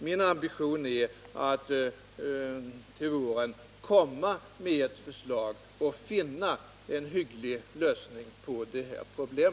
Min ambition är att finna en hygglig lösning på det här problemet och att till våren komma med ett förslag.